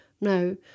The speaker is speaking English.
No